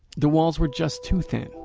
the walls were just too thin.